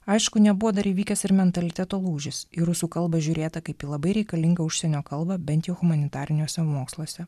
aišku nebuvo dar įvykęs ir mentaliteto lūžis į rusų kalbą žiūrėta kaip į labai reikalingą užsienio kalbą bent jau humanitariniuose moksluose